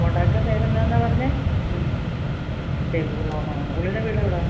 കോണ്ട്രാക്റ്ററുടെ പേര് എന്നാന്നാ പറഞ്ഞത് രഘു ഓഹോ പുള്ളിയുടെ വീട് എവിടെയാണ്